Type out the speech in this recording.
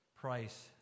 price